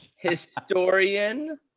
Historian